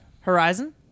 Horizon